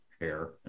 hair